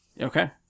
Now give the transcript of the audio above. Okay